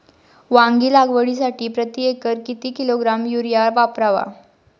वांगी लागवडीसाठी प्रती एकर किती किलोग्रॅम युरिया वापरावा?